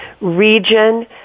region